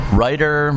writer